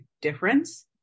difference